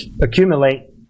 accumulate